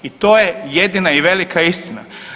I to je jedina i velika istina.